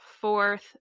fourth